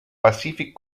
pacific